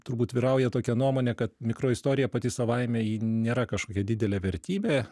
turbūt vyrauja tokia nuomonė kad mikroistorija pati savaime nėra kažkokia didelė vertybė